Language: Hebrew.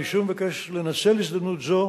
אני שוב מבקש לנצל הזדמנות זו